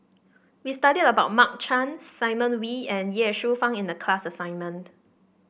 we studied about Mark Chan Simon Wee and Ye Shufang in the class assignment